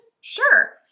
Sure